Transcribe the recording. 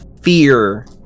fear